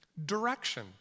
direction